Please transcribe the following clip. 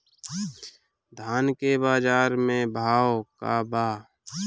धान के बजार में भाव का बा